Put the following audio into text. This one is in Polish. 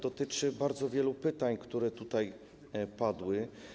Dotyczy to bardzo wielu pytań, które tutaj padły.